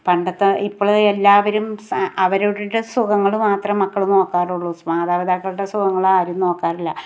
പണ്ടത്തെ ഇപ്പോൾ എല്ലാവരും അവരവരുടെ സുഖങ്ങൾ മാത്രം മക്കൾ നോക്കാറുള്ളു മാതാപിതാക്കളുടെ സുഖങ്ങൾ ആരും നോക്കാറില്ല